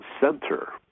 center